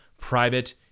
private